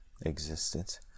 existence